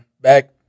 Back